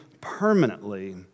permanently